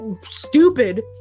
stupid